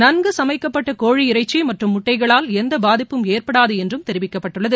நன்கு சமைக்கப்பட்ட கோழி இறைக்சி மற்றும் முட்டைகளால் எந்த பாதிப்பும் ஏற்படாது என்றும் தெரிவிக்கப்பட்டுள்ளது